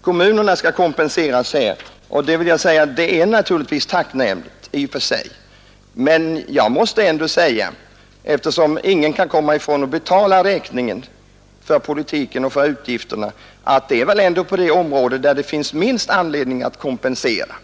Kommunerna skall kompenseras, säger man. Det är naturligtvis tacknämligt. Men eftersom ingen kan komma ifrån att betala räkningen för den utgiftspolitik som förs, tycker jag att det är det område där det finns minst anledning att kompensera.